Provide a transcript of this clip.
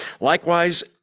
Likewise